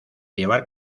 llevar